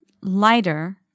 Lighter